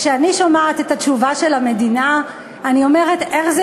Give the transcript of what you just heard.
כשאני שומעת את התשובה של המדינה אני אומרת: איך זה